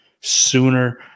sooner